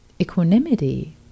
equanimity